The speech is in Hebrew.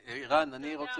ערן, תודה רבה.